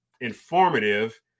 informative